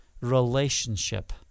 relationship